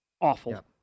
awful